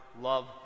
love